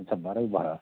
अच्छा बारह बाई बारह